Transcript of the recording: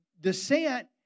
descent